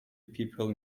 people